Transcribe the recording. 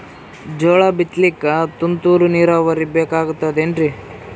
ಜೋಳ ಬಿತಲಿಕ ತುಂತುರ ನೀರಾವರಿ ಬೇಕಾಗತದ ಏನ್ರೀ?